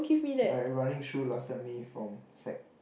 I had running shoe last time May from sec